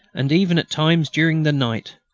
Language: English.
and even at times during the night.